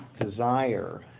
desire